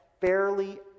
fairly